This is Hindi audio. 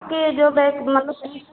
कहे जो बैंक मतलब कहीं